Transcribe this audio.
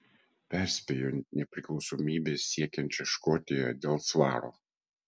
perspėjo nepriklausomybės siekiančią škotiją dėl svaro